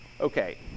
Okay